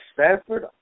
Stanford